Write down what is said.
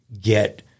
get